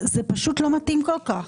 זה פשוט לא מתאים כל כך.